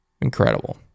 Incredible